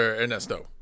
Ernesto